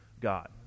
God